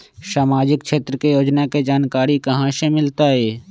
सामाजिक क्षेत्र के योजना के जानकारी कहाँ से मिलतै?